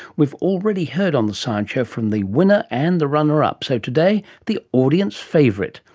we've already heard on the science show from the winner and the runner-up, so today, the audience favourite,